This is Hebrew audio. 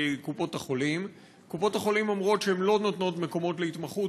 קופות-החולים אומרות שהן לא נותנות מקומות להתמחות